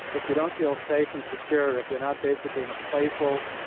if you don't feel safe and secure, if you're not basically in a playful,